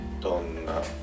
donna